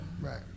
Right